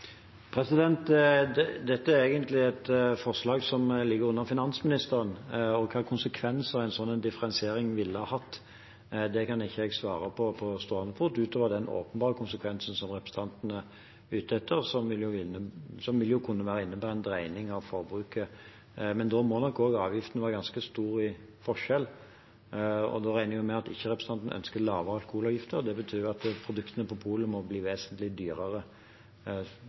Det er egentlig et forslag som ligger under finansministerens ansvarsområde. Hvilke konsekvenser en sånn differensiering ville hatt, kan jeg ikke svare på på stående fot, utover den åpenbare konsekvensen som representanten er ute etter, som vil kunne innebære en dreining av forbruket. Da må nok forskjellen i avgift være ganske stor, og jeg regner med at representanten ikke ønsker lavere alkoholavgifter. Det betyr f.eks. at produktene på polet må bli vesentlig dyrere.